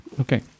Okay